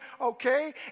okay